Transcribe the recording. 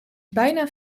bijna